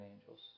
angels